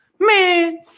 Man